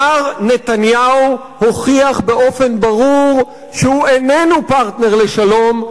מר נתניהו הוכיח באופן ברור שהוא איננו פרטנר לשלום,